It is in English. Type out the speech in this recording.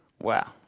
Wow